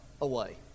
away